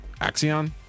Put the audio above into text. Axion